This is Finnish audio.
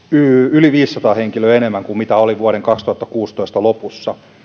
yli viisisataa henkilöä enemmän kuin oli vuoden kaksituhattakuusitoista lopussa